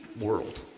world